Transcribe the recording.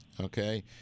okay